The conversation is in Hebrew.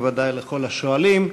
ובוודאי לכל השואלים.